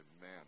Man